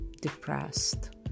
depressed